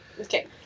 Okay